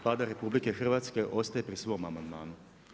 Vlada RH ostaje pri svom amandmanu.